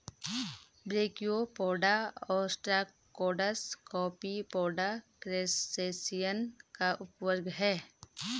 brachiopoda, ostracods, Copepoda, crustacean का उपवर्ग है